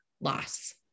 loss